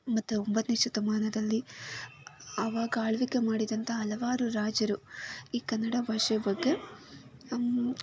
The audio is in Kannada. ಮತ್ತು ಒಂಬತ್ತನೇ ಶತಮಾನದಲ್ಲಿ ಅವಾಗ ಆಳ್ವಿಕೆ ಮಾಡಿದಂಥ ಹಲವಾರು ರಾಜರು ಈ ಕನ್ನಡ ಭಾಷೆ ಬಗ್ಗೆ